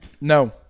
No